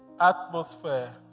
atmosphere